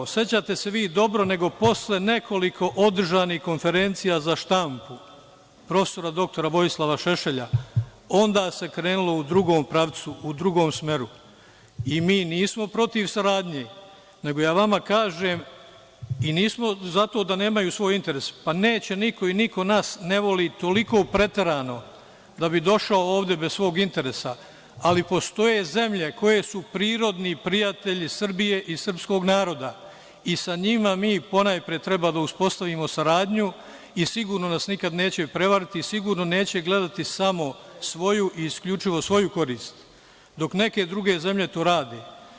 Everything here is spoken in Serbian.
Sećate se vi dobro, nego posle nekoliko održanih konferencija za štampu prof. dr Vojislava Šešelja onda se krenulo u drugom pravcu, u drugom smeru i mi nismo protiv saradnje, nego ja vama kažem, i nismo za to da nemaju svoje interese, pa neće niko i niko nas ne voli toliko preterano da bi došao ovde bez svog interesa, ali postoje zemlje koje su prirodni prijatelji Srbije i srpskog naroda i sa njima mi ponajpre treba da uspostavimo saradnju i sigurno nas nikada neće prevariti i sigurno neće gledati samo svoju i isključivo svoju korist, dok neke druge zemlje to rade.